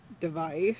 device